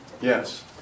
Yes